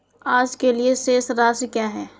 आज के लिए शेष राशि क्या है?